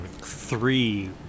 three